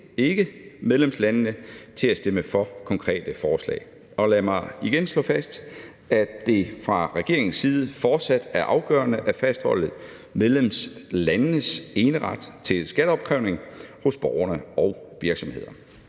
ikke medlemslandene til at stemme for konkrete forslag. Lad mig igen slå fast, at det fra regeringens side fortsat er afgørende at fastholde medlemslandenes eneret til skatteopkrævning hos borgerne og virksomhederne.